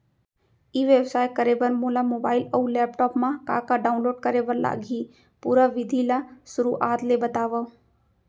ई व्यवसाय करे बर मोला मोबाइल अऊ लैपटॉप मा का का डाऊनलोड करे बर लागही, पुरा विधि ला शुरुआत ले बतावव?